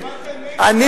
במסגרת חופש הצבעה?